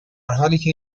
حالیکه